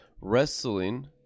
wrestling